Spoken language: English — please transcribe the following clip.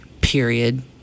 period